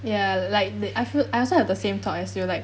ya like the I feel I also have the same thought as you like